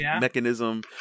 mechanism